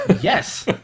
Yes